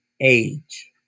age